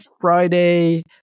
Friday